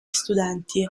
studenti